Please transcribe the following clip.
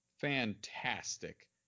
fantastic